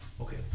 okay